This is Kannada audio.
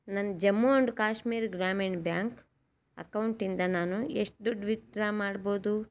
ನನ್ನ ಜಮ್ಮು ಆ್ಯಂಡ್ ಕಾಶ್ಮೀರ ಗ್ರಾಮೀಣ ಬ್ಯಾಂಕ್ ಅಕೌಂಟಿಂದ ನಾನು ಎಷ್ಟು ದುಡ್ಡು ವಿತ್ ಡ್ರಾ ಮಾಡಬೌದು